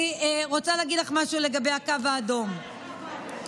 מה עם הקו האדום?